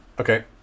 Okay